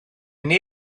need